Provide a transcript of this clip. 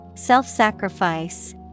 Self-sacrifice